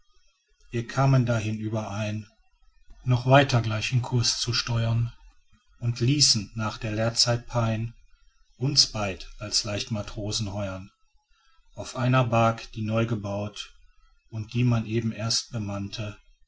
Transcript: wir kamen dahin überein noch weiter gleichen kurs zu steuern und ließen nach der lehrzeit pein uns beid als leichtmatrosen heuern auf einer bark die neu gebaut und die man eben erst bemannte